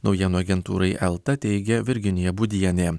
naujienų agentūrai elta teigė virginija būdienė